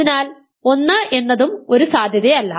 അതിനാൽ 1 എന്നതും ഒരു സാധ്യതയല്ല